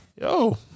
Yo